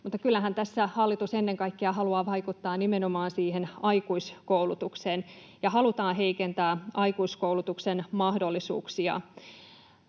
mutta kyllähän tässä hallitus ennen kaikkea haluaa vaikuttaa nimenomaan aikuiskoulutukseen, halutaan heikentää aikuiskoulutuksen mahdollisuuksia.